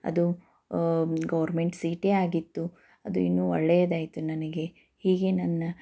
ಅದು ಗವರ್ಮೆಂಟ್ ಸೀಟೇ ಆಗಿತ್ತು ಅದು ಇನ್ನೂ ಒಳ್ಳೆಯದಾಯಿತು ನನಗೆ ಹೀಗೆ ನನ್ನ